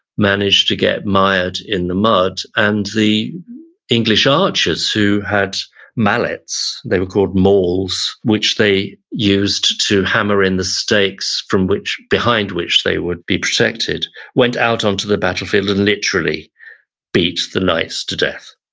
managed to get mired in the mud and the english archers who had mallets. they were called mauls, which they used to hammer in the stakes from behind which they would be protected went out onto the battlefield and literally beat the knights to death.